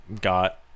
got